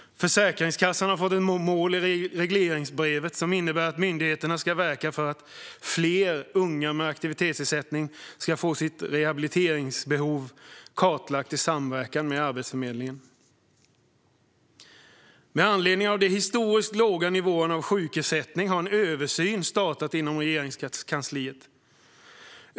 Försäkringskassan har fått ett mål i regleringsbrevet som innebär att myndigheterna ska verka för att fler unga med aktivitetsersättning ska få sitt rehabiliteringsbehov kartlagt i samverkan med Arbetsförmedlingen. Med anledning av de historiskt låga sjukersättningsnivåerna har en översyn startat inom Regeringskansliet.